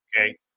Okay